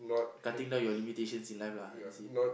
cutting down your limitations in life lah is it